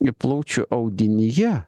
ir plaučių audinyje